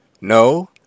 No